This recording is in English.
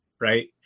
right